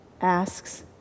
asks